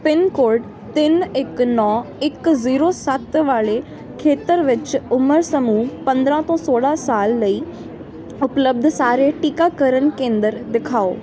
pin code ਤਿੰਨ ਇੱਕ ਨੌਂ ਇੱਕ ਜੀਰੋ ਸੱਤ ਵਾਲੇ ਖੇਤਰ ਵਿੱਚ ਉਮਰ ਸਮੂਹ ਪੰਦਰ੍ਹਾਂ ਤੋਂ ਸੋਲ੍ਹਾਂ ਸਾਲ ਲਈ ਉਪਲਬਧ ਸਾਰੇ ਟੀਕਾਕਰਨ ਕੇਂਦਰ ਦਿਖਾਓ